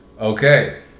Okay